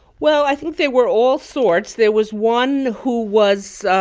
well, i think there were all sorts. there was one who was,